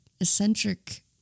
eccentric